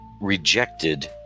rejected